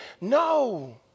No